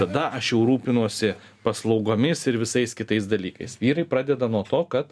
tada aš jau rūpinuosi paslaugomis ir visais kitais dalykais vyrai pradeda nuo to kad